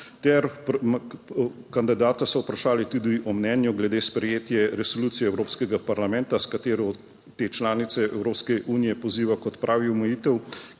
ter kandidata so vprašali tudi o mnenju glede sprejetje resolucije Evropskega parlamenta, s katero te članice Evropske unije poziva k odpravi omejitev,